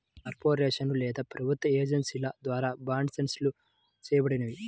కార్పొరేషన్లు లేదా ప్రభుత్వ ఏజెన్సీల ద్వారా బాండ్సిస్ చేయబడినవి